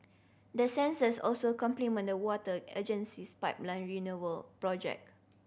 the sensors also complement the water agency's pipeline renewal project